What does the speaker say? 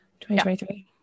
2023